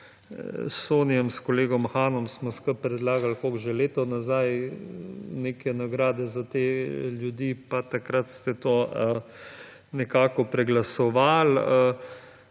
s Sonijem, s kolegom Hanom smo skupaj predlagali, koliko, že leto nazaj, neke nagrade za te ljudi, pa takrat ste to nekako preglasovali.